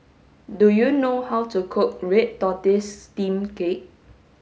do you know how to cook red tortoise steamed cake